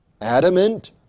adamant